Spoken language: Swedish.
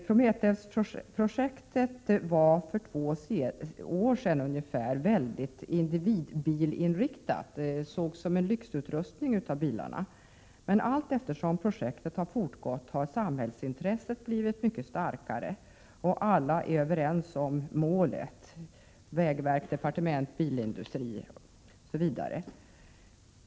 Prometheus-projektet var för ungefär två år sedan mycket individbilinriktat —det sågs som en lyxutrustning av bilarna. Allteftersom projektet har fortgått har samhällsintresset blivit mycket starkare och alla är överens om målet — vägverk, departement, bilindustri osv.